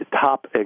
top